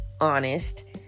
honest